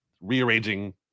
rearranging